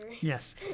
Yes